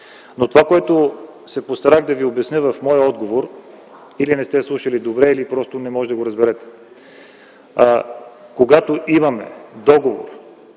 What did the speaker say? Това, което се постарах да Ви обясня в моя отговор, или не сте слушали добре, или просто не можете да го разберете. Когато има договор